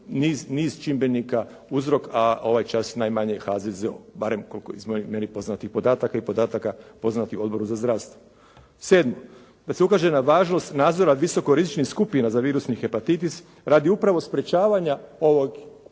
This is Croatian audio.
niz čimbenika uzrok, a ovaj čas najmanje HZZO, barem iz meni poznatih podataka i podataka poznatih Odboru za zdravstvo. Sedmo, da se ukaže na važnost nadzora visoko rizičnih skupina za virusni hepatitis radi upravo sprječavanja ovih